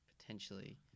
potentially